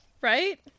Right